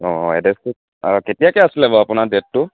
অঁ অঁ এড্ৰেছটো অঁ কেতিয়াকৈ আছিলে বাৰু আপোনাৰ ডেটটো